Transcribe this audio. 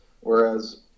Whereas